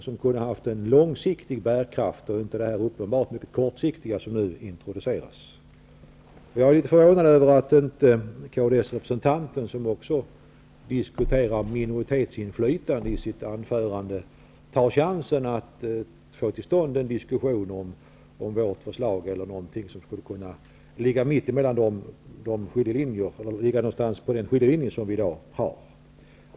Det hade haft en långsiktig bärkraft -- inte den uppenbart mycket kortsiktiga bärkraft som det förslag har som nu introduceras. Kds-representanten, som i sitt anförande också diskuterade minoritetsinflytande, borde ta chansen att få till stånd en diskussion om vårt förslag eller någonting som skulle kunna ligga på den skiljelinje som vi i dag har.